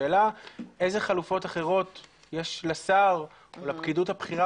השאלה איזה חלופות אחרות יש לשר ולפקידות הבכירה